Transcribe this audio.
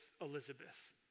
Elizabeth